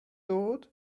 dod